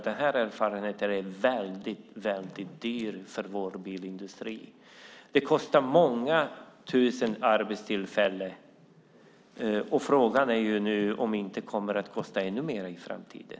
Denna erfarenhet är väldigt dyr för vår bilindustri. Detta kostar många tusen arbetstillfällen. Frågan är om det inte kommer att kosta ännu mer i framtiden.